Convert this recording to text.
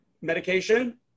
Medication